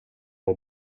och